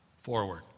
forward